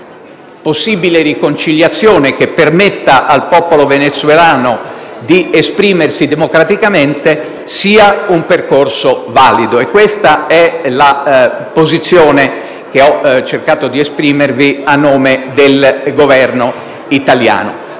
possibile riconciliazione che permetta al popolo venezuelano di esprimersi democraticamente, sia valido. Questa è la posizione che ho cercato di esprimervi a nome del Governo italiano.